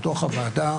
בבקשה.